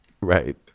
Right